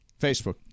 Facebook